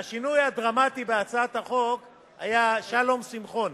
והשינוי הדרמטי בהצעת החוק היה שלום שמחון,